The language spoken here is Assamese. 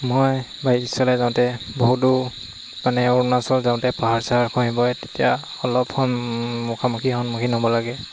মই বাইক চলাই যাওঁতে বহুতো মানে অৰুণাচল যাওঁতে পাহাৰ চাহাৰ খহি পৰে তেতিয়া অলপ স মুখামুখি সন্মুখীন হ'ব লাগে